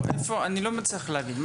אני לא מצליח להבין.